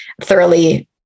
thoroughly